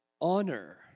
honor